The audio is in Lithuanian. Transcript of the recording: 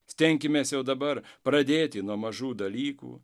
stenkimės jau dabar pradėti nuo mažų dalykų